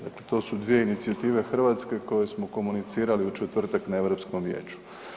Dakle to su dvije inicijative Hrvatske koje smo komunicirali u četvrtak na Europskom vijeću.